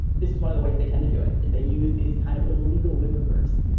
this is one of the ways they tend to do it, is they use these kind of little legal maneuvers.